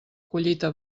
collita